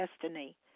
destiny